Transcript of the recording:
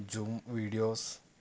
zoom videos